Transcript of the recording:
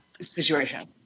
Situation